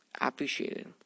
appreciated